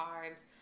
carbs